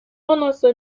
анасы